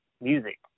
music